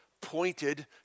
pointed